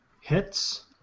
hits